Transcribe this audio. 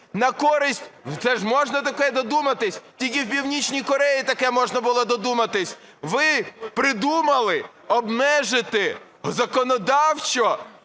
На користь, це ж можна таке додуматись, тільки в Північній Кореї таке можна було додуматись, ви придумали обмежити законодавчо,